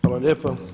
Hvala lijepo.